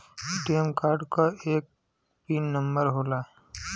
ATM card क एक PIN number होला